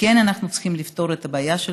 ואנחנו כן צריכים לפתור את הבעיה,